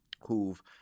who've